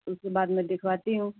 उसके बाद में दिखवाती हूँ